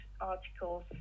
articles